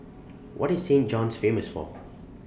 What IS Saint John's Famous For